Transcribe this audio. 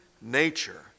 nature